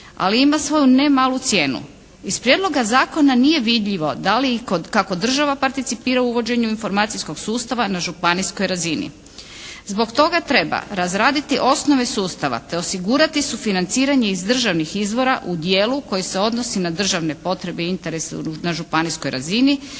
ali ima svoju ne malu cijenu. Iz prijedloga zakona nije vidljivo da li i kod kako država participira uvođenje informacijskog sustava na županijskoj razini. Zbog toga treba razraditi osnove sustava te osigurati sufinanciranje iz državnih izvora u dijelu koji se odnosi na državne potpore i interese na županijskoj razini,